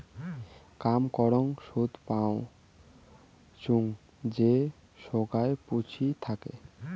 কাম করাং সুদ পাইচুঙ যে সোগায় পুঁজি থাকে